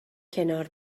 کنار